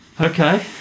okay